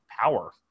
power